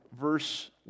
verse